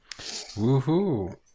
Woohoo